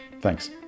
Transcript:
Thanks